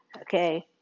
Okay